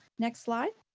next slide.